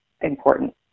important